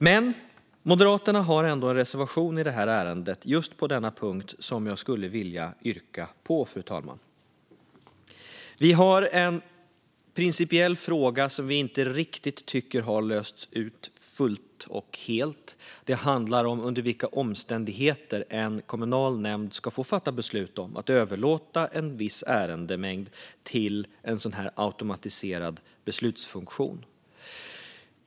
Men Moderaterna har ändå en reservation i det här ärendet, just på denna punkt, som jag skulle vilja yrka bifall till. Vi har en principiell fråga som vi inte tycker har lösts ut fullt och helt. Det handlar om under vilka omständigheter en kommunal nämnd ska få fatta beslut om att överlåta en viss ärendemängd till en automatiserad beslutsfunktion.